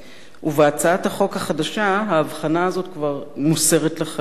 ובהצעת החוק החדשה ההבחנה הזאת כבר מוסרת לחלוטין.